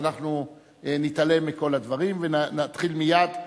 אז אנחנו נתעלם מכל הדברים ונתחיל מייד.